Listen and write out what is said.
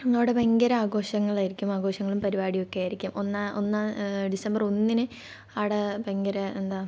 അന്നവിടെ ഭയങ്കര ആഘോഷങ്ങളായിരിക്കും ആഘോഷങ്ങളും പരുപാടിയും ഒക്കെ ആയിരിക്കും ഡിസംബർ ഒന്നിന് അവിടെ ഭയങ്കര എന്താ